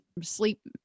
sleep